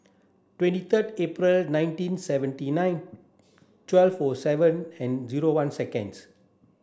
twenty third April nineteen seventy nine twelve for seven and zero one seconds